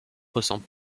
ressemble